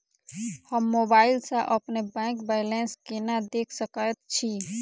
हम मोबाइल सा अपने बैंक बैलेंस केना देख सकैत छी?